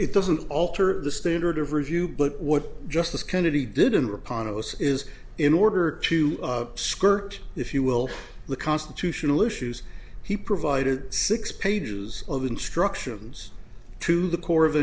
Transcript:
it doesn't alter the standard of review but what justice kennedy didn't repond us is in order to skirt if you will the constitutional issues he provided six pages of instructions to the corps of